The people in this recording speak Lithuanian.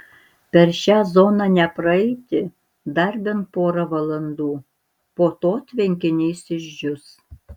per šią zoną nepraeiti dar bent porą valandų po to tvenkinys išdžius